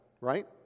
right